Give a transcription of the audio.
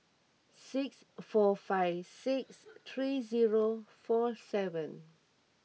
six four five six three zero four seven